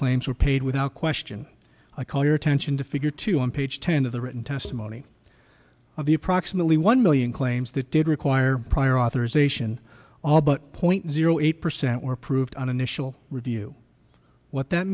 claims were paid without question a call your attention to figure two on page ten of the written testimony of the approximately one million claims that did require prior authorization all but point zero eight percent were approved on initial review what that